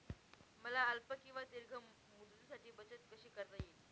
मला अल्प किंवा दीर्घ मुदतीसाठी बचत कशी करता येईल?